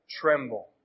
tremble